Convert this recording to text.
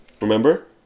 Remember